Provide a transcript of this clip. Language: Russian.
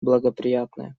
благоприятная